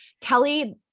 Kelly